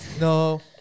no